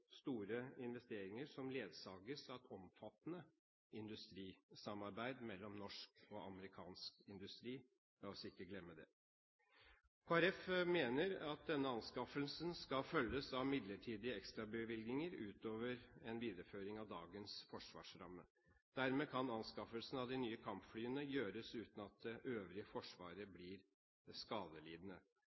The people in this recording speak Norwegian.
store investeringer som ledsages av et omfattende industrisamarbeid mellom norsk og amerikansk industri. Kristelig Folkeparti mener at denne anskaffelsen skal følges av midlertidige ekstrabevilgninger, utover en videreføring av dagens forsvarsramme. Dermed kan anskaffelsen av de nye kampflyene gjøres uten at det øvrige Forsvaret blir skadelidende.